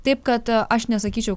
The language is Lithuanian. taip kad aš nesakyčiau